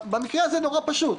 במקרה הזה נורא פשוט: